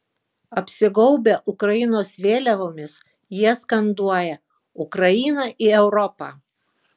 apsigaubę ukrainos vėliavomis jie skanduoja ukrainą į europą